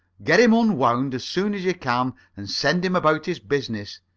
get him unwound as soon as you can, and send him about his business.